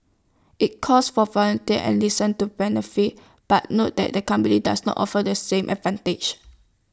IT calls for volunteers and listen to benefits but noted that the company does not offer the same advantages